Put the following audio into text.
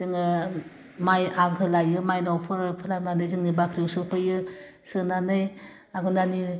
जोङो माइ आगो लाइयो मायनाव फोर फोलानानै जोंनि बाख्रियाव सोफैयो सोनानै आघोन दाननि